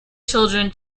children